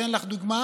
אתן לך דוגמה,